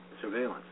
Surveillance